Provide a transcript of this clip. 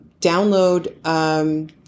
download